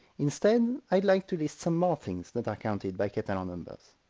instead, i'd like to list some more things that are counted by catalan numbers.